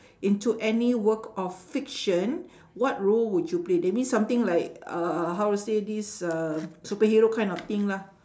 into any work of fiction what role would you play that means something like uh how to say this uh superhero kind of thing lah